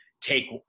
take